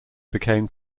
became